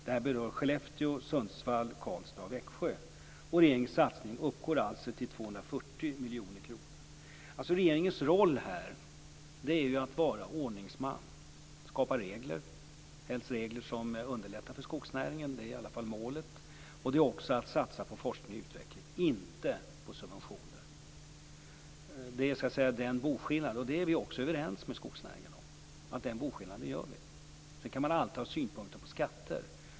Det här berör Skellefteå, Sundsvall, Karlstad och Växjö. Regeringens satsning uppgår alltså till 240 miljoner kronor. Regeringens roll här är att vara ordningsman, att skapa regler. Helst regler som underlättar för skogsnäringen. Det är i alla fall målet. Det är också att satsa på forskning och utveckling, inte på subventioner. Det är en boskillnad, det är vi också överens med skogsnäringen om. Sedan kan man alltid ha synpunkter på skatter.